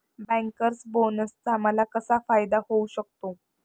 Bankers बोनसचा मला कसा फायदा होऊ शकतो?